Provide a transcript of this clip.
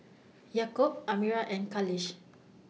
Yaakob Amirah and Khalish